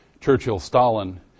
Churchill-Stalin